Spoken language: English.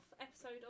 episode